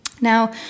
Now